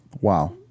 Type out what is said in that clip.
Wow